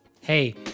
hey